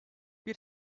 bir